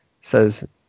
says